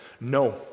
No